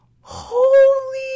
holy